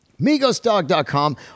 MigosDog.com